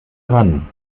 ran